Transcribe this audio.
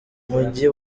mujyi